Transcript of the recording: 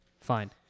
Fine